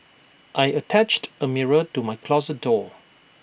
I attached A mirror to my closet door